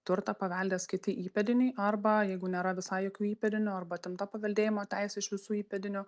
turtą paveldės kiti įpėdiniai arba jeigu nėra visai jokių įpėdinių arba ten ta paveldėjimo teisė iš visų įpėdinių